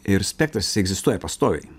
ir spektras jis egzistuoja pastoviai